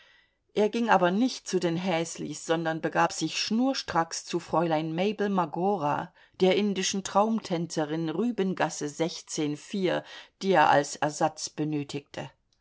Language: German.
er ging aber nicht zu den häslis sondern begab sich schnurstracks zu fräulein mabel magorah der indischen traumtänzerin rübengasse iv die er als ersatz benötigte